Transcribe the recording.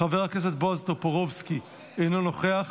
חבר הכנסת יבגני סובה, אינו נוכח,